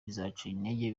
intege